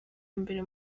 imbere